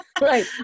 right